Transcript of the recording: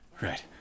right